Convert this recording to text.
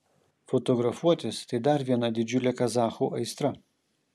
fotografuotis tai dar viena didžiulė kazachų aistra